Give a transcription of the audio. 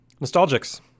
Nostalgics